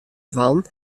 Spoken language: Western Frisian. dwaan